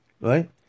right